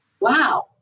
wow